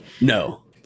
no